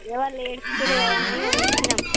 ఎవరు ఏడుస్తుర్రు కదా అని ఇక తెచ్చినాం